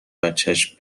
بچش